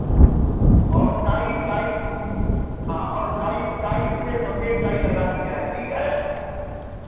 और tie tie हाँ और टाई टाई उसपे सफ़ेद टाई लगा दी जाए ठीक है